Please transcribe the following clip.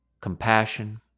compassion